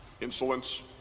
Insolence